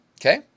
okay